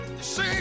see